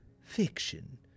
fiction